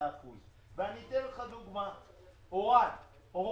אנחנו התאמנו את עצמנו לאירופה.